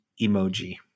emoji